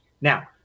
Now